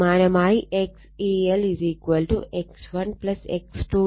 സമാനമായി X e1 X1 X2